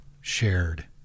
shared